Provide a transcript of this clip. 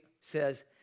says